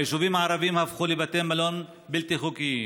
היישובים הערביים הפכו לבתי מלון בלתי חוקיים,